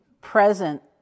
present